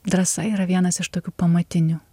drąsa yra vienas iš tokių pamatinių